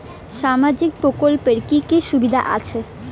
সামাজিক প্রকল্পের কি কি সুবিধা আছে?